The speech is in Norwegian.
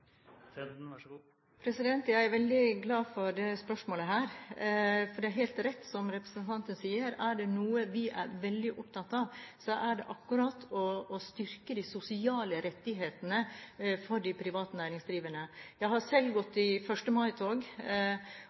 Jeg er veldig glad for dette spørsmålet, for det er helt rett det som representanten sier, er det noe vi er veldig opptatt av, er det akkurat det å styrke de sosiale rettighetene for de private næringsdrivende. Jeg har selv gått i